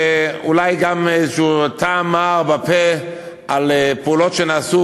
ואולי גם איזה טעם מר בפה על פעולות שנעשו